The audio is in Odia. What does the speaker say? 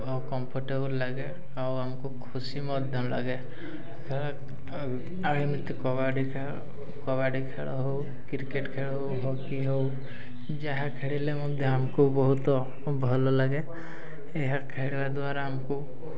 କମ୍ଫଟେବୁଲ୍ ଲାଗେ ଆଉ ଆମକୁ ଖୁସି ମଧ୍ୟ ଲାଗେ ଆଉ ଏମିତି କବାଡ଼ି ଖେଳ କବାଡ଼ି ଖେଳ ହଉ କ୍ରିକେଟ୍ ଖେଳ ହଉ ହକି ହଉ ଯାହା ଖେଳିଲେ ମଧ୍ୟ ଆମକୁ ବହୁତ ଭଲ ଲାଗେ ଏହା ଖେଳିବା ଦ୍ୱାରା ଆମକୁ